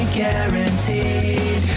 guaranteed